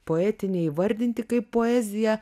poetinę įvardinti kaip poeziją